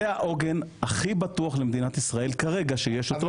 זה העוגן הכי בטוח למדינת ישראל כרגע שיש אותו.